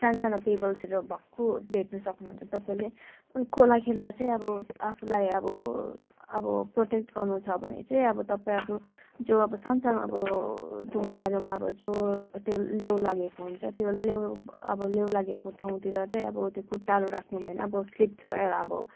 सानो सानो पिबल्सहरू भक्कु भेट्नु सक्नुहुन्छ तपाईँले अनि खोला खेल्दा चाहिँ अब आफूलाई अब अब प्रोटेक्ट गर्नु छ भने चाहिँ अब तपाईँ अब जो अब सानो सानो अब ढुङ्गाहरूमा अब जो त्यो लेउ लागेको हुन्छ त्यो लेउ अब लेउ लागेको ठाउँतिर चाहिँ अब त्यो खुट्टाहरू राख्नु भएन अब स्लिप्ड भएर अब